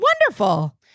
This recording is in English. wonderful